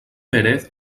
pérez